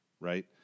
right